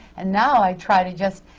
and now i try to just